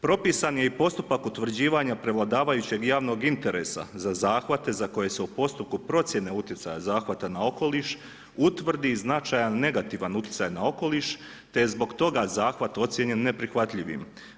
Propisan je i postupak utvrđivanja prevladavajućeg javnog interesa za zahvate za koje se u postupku procjene utjecaja zahvata na okoliš utvrdi značajan negativan utjecaj na okoliš te je zbog toga zahvat ocjenjen neprihvatljivim.